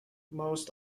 most